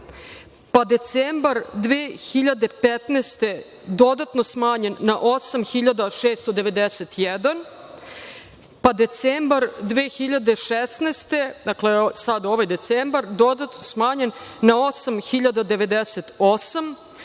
pa decembar 2015. godine dodatno smanjen na 8.691, pa decembar 2016. godine dodatno smanjen na 8.098.